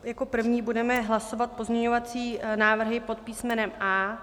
Jako první budeme hlasovat pozměňovací návrhy pod písmenem A.